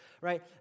right